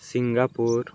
Singapore